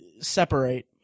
separate